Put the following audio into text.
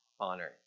Honor